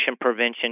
prevention